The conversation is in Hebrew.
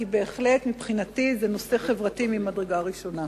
כי מבחינתי זה בהחלט נושא חברתי ממדרגה ראשונה.